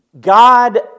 God